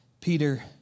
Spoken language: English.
Peter